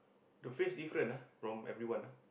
the face different ah from everyone ah